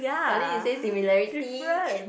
sekali you say similarity